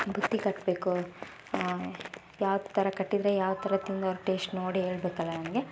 ಬುತ್ತಿ ಕಟ್ಟಬೇಕು ಯಾವ ಥರ ಕಟ್ಟಿದರೆ ಯಾವ ಥರ ತಿಂದು ಅವ್ರು ಟೇಶ್ಟ್ ನೋಡಿ ಹೇಳಬೇಕಲ್ಲ ನನಗೆ